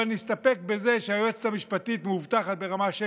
אבל נסתפק בזה שהיועצת המשפטית מאובטחת ברמה 6,